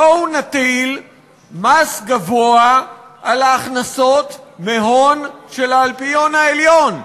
בואו נטיל מס גבוה על ההכנסות מהון של האלפיון העליון,